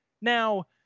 Now